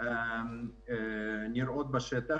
נראות בשטח,